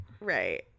Right